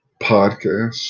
podcast